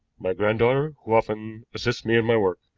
my granddaughter who often assists me in my work.